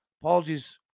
apologies